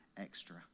extra